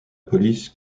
police